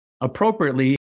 appropriately